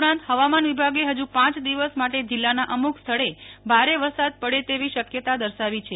ઉપરાંત હવામાન વિભાગે હજુ પાંચ દિવસ માટે જિલ્લાના અમુક સ્થળે ભારે વરસાદ પડે તેવી શક્યતા દર્શાવી છે